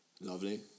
lovely